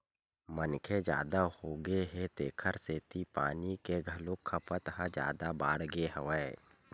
मनखे जादा होगे हे तेखर सेती पानी के घलोक खपत ह जादा बाड़गे गे हवय